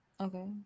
Okay